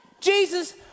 Jesus